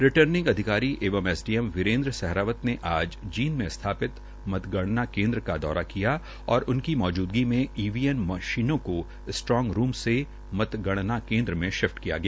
returning अधिकारी एवं SDM Virendra Sehrawat ने आज जींद में स्थापित मतगणना केन्द्र का दौरा किया और उनकी मौजूदगी में ईवीएम मशीनों को स्ट्रांग रूम से मतगणना केन्द्र में शिफ्ट किया गया